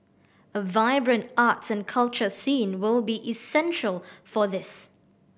a vibrant arts and culture scene will be essential for this